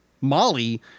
molly